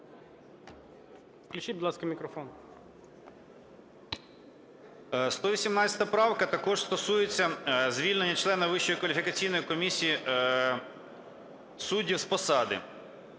Включіть, будь ласка, мікрофон.